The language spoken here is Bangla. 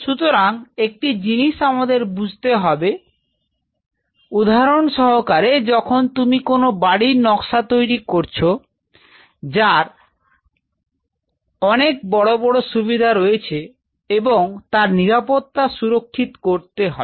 সুতরাং একটি জিনিস আমাদের বুঝতে হবে উদাহরণ সহকারে যখন তুমি কোন বাড়ির নকশা তৈরি করছ যার অনেক বড় বড় সুবিধা রয়েছে এবং তার নিরাপত্তা সুরক্ষিত করতে হবে